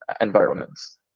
environments